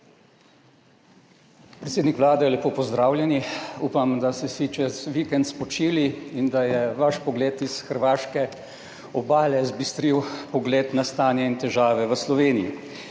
Predsednik Vlade, lepo pozdravljeni. Upam, da ste si čez vikend spočili in da je vaš pogled s hrvaške obale zbistril pogled na stanje in težave v Sloveniji.